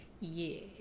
Yes